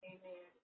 Amen